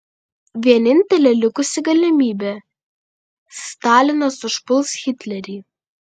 vienintelė likusi galimybė stalinas užpuls hitlerį